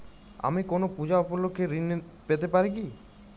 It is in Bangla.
আমি কোনো পূজা উপলক্ষ্যে ঋন পেতে পারি কি?